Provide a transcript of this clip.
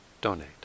donate